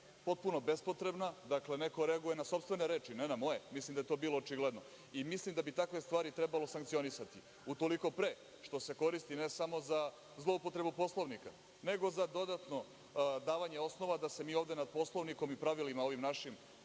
potpuno bespotrebna. Dakle, neko reaguje na sopstvene reči, ne na moje, mislim da je to bilo očigledno i mislim da bi takve stvari trebalo sankcionisati utoliko pre što se koristi ne samo za zloupotrebu Poslovnika nego za dodatno davanje osnova da se mi ovde nad Poslovnikom i pravilima našim